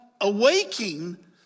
awaking